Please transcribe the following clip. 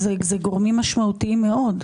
אתה גורמים משמעותיים מאוד.